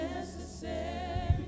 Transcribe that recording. Necessary